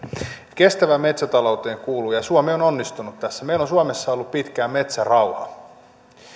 kestävään metsätalouteen kuuluu ja suomi on onnistunut tässä se että meillä on suomessa ollut pitkään metsärauha